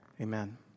Amen